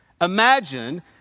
Imagine